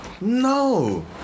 No